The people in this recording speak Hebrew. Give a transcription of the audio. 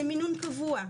הוא מינון קבוע.